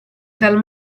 dal